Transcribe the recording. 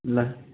ल